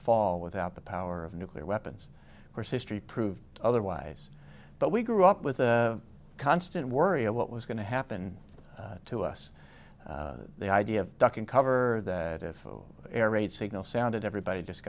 fall without the power of nuclear weapons course history proved otherwise but we grew up with the constant worry of what was going to happen to us the idea of duck and cover that if air raid signal sounded everybody just